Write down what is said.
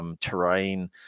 terrain